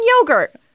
yogurt